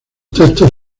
textos